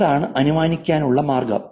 അതാണ് അനുമാനിക്കാനുള്ള മാർഗ്ഗം